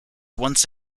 once